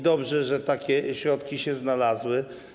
Dobrze, że takie środki się znalazły.